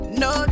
no